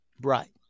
Right